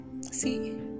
see